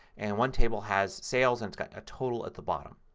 and one table has sales and it's got a total at the bottom.